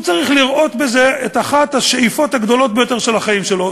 הוא צריך לראות בזה את אחת השאיפות הגדולות ביותר של החיים שלו,